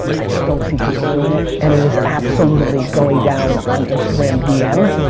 i just don't see people doing it and it is absolutely going down on instagram dm.